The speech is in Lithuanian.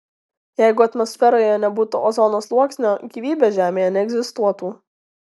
jeigu atmosferoje nebūtų ozono sluoksnio gyvybė žemėje neegzistuotų